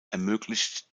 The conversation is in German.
ermöglicht